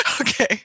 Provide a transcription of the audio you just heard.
okay